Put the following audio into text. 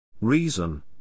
Reason